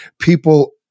People